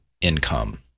income